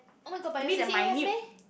oh-my-god but your C_C_A have meh